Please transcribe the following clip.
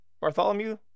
Bartholomew